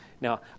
Now